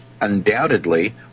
undoubtedly